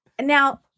now